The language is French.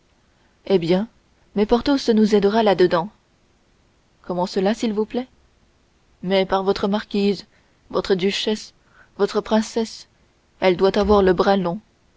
eh bien mais porthos nous aidera là-dedans et comment cela s'il vous plaît mais par votre marquise votre duchesse votre princesse elle doit avoir le bras